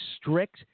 strict